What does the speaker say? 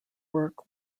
work